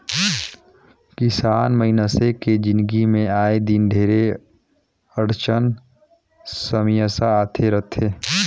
किसान मइनसे के जिनगी मे आए दिन ढेरे अड़चन समियसा आते रथे